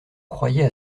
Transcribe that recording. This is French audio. croyait